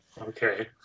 okay